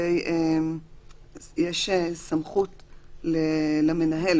יש סמכות למנהל,